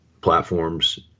platforms